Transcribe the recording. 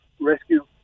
rescue